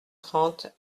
trente